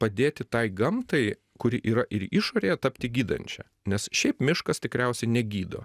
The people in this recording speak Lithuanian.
padėti tai gamtai kuri yra ir išorėje tapti gydančia nes šiaip miškas tikriausiai negydo